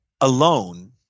alone